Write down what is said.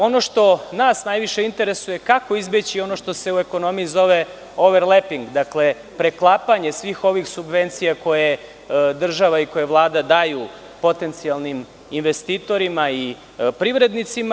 Ono što nas najviše interesuje, jeste kako izbeći ono što se u ekonomiji zove „over leping“, dakle, preklapanje svih ovih subvencija koje država i Vlada daju potencijalnim investitorima i privrednicima.